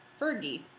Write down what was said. Fergie